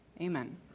Amen